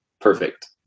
Perfect